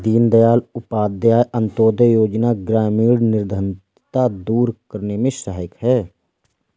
दीनदयाल उपाध्याय अंतोदय योजना ग्रामीण निर्धनता दूर करने में सहायक है